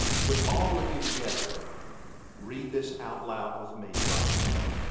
would all of you together read this out loud with me right now?